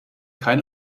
kein